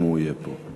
אם הוא יהיה פה.